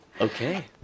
Okay